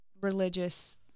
religious